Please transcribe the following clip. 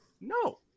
no